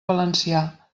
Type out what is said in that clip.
valencià